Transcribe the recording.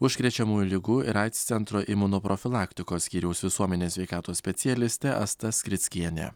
užkrečiamųjų ligų ir aids centro imunoprofilaktikos skyriaus visuomenės sveikatos specialistė asta skrickienė